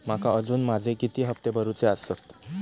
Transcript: माका अजून माझे किती हप्ते भरूचे आसत?